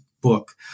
book